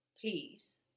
please